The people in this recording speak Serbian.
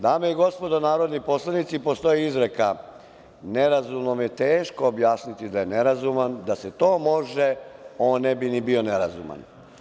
Dame i gospodo narodni poslanici, postoji izreka – nerazumnom je teško objasniti da je nerazuman, da se to može, on ne bi ni bio nerazuman.